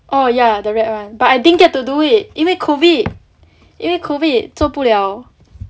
oh ya the rat [one] but I didn't get to do it 因为 COVID 因为 COVID 做不了